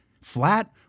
flat